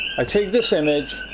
i take this image.